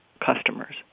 customers